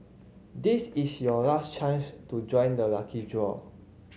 this is your last chance to join the lucky draw